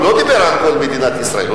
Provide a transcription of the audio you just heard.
הוא לא דיבר על כל מדינת ישראל,